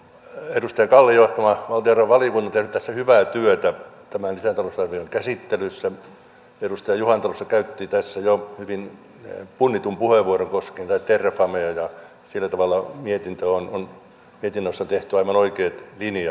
edustaja kallin johtama valtiovarainvaliokunta on tehnyt hyvää työtä tämän lisätalousarvion käsittelyssä edustaja juhantalo käytti jo hyvin punnitun puheenvuoron koskien terrafamea ja sillä tavalla mietinnössä on tehty aivan oikeat linjaukset